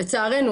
לצערנו,